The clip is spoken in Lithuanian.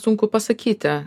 sunku pasakyti